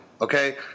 okay